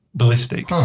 ballistic